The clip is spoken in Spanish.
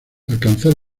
alcanzar